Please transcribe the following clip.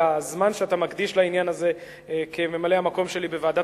על הזמן שאתה מקדיש לעניין הזה כממלא-המקום שלי בוועדת